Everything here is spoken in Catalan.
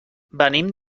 venim